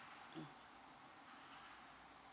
mm